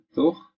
toch